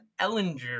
Ellinger